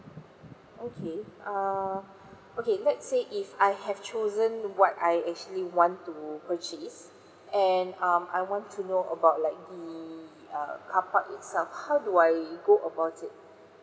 okay err okay let's say if I have chosen what I actually want to purchase and um I want to know about like the uh carpark itself how do I go about it